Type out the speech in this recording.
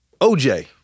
OJ